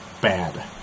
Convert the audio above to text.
bad